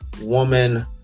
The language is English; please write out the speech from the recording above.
woman